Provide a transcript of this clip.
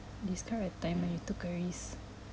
describe a time when you took a risk